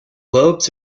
lobes